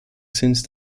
since